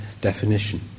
definition